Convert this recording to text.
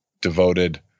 devoted